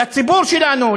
לציבור שלנו,